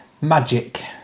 magic